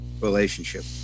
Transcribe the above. relationship